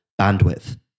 bandwidth